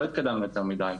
לא התקדמנו יותר מדי.